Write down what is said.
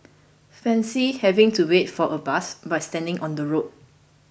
Fancy having to wait for a bus by standing on the road